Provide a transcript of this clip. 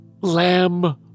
Lamb